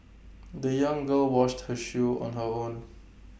the young girl washed her shoe on her own